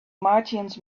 martians